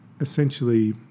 essentially